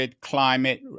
climate